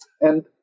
And-